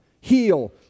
Heal